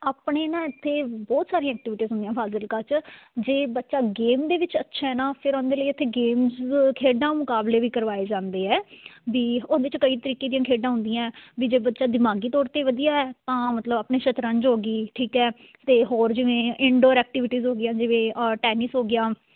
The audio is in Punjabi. ਆਪਣੇ ਨਾ ਇੱਥੇ ਬਹੁਤ ਸਾਰੀਆਂ ਐਕਟੀਵਿਟੀਜ਼ ਹੁੰਦੀਆਂ ਫਾਜ਼ਿਲਕਾ 'ਚ ਜੇ ਬੱਚਾ ਗੇਮ ਦੇ ਵਿੱਚ ਅੱਛਾ ਹੈ ਨਾ ਫਿਰ ਉਹਦੇ ਲਈ ਇੱਥੇ ਗੇਮਸ ਖੇਡਾਂ ਮੁਕਾਬਲੇ ਵੀ ਕਰਵਾਏ ਜਾਂਦੇ ਹੈ ਵੀ ਉਹਦੇ 'ਚ ਕਈ ਤਰੀਕੇ ਦੀਆਂ ਖੇਡਾਂ ਹੁੰਦੀਆਂ ਵੀ ਜੇ ਬੱਚਾ ਦਿਮਾਗੀ ਤੌਰ 'ਤੇ ਵਧੀਆ ਹੈ ਤਾਂ ਮਤਲਬ ਆਪਣੇ ਸ਼ਤਰੰਜ ਹੋ ਗਈ ਠੀਕ ਹੈ ਅਤੇ ਹੋਰ ਜਿਵੇਂ ਇੰਡੋਰ ਐਕਟੀਵਿਟੀਜ਼ ਹੋ ਗਈਆਂ ਜਿਵੇਂ ਟੈਨਿਸ ਹੋ ਗਿਆ